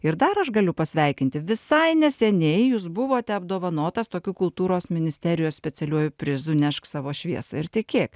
ir dar aš galiu pasveikinti visai neseniai jūs buvote apdovanotas tokiu kultūros ministerijos specialiuoju prizu nešk savo šviesą ir tikėk